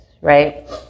right